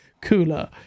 cooler